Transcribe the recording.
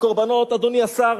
אדוני השר,